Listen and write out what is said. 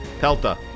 Pelta